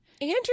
Andrew